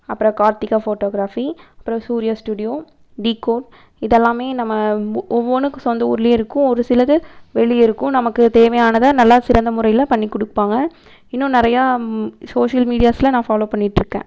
அப்புறம் கார்த்திகா ஃபோட்டோகிராஃபி அப்புறம் Surya studio decode இதெல்லாமே நம்ம ஒவ்வொன்றுக்கும் சொந்த ஊர்லையே இருக்கும் ஒரு சிலது வெளியே இருக்கும் நமக்கு தேவையானதை நல்லா சிறந்த முறையில் பண்ணி கொடுப்பாங்க இன்னும் நிறையா சோசியல் மீடியாஸில் நான் ஃபாலோ பண்ணிட்யிருக்கேன்